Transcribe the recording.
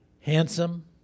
handsome